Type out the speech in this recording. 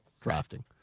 drafting